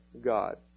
God